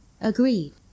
agreed